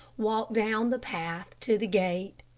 walked down the path to the gate.